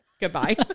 Goodbye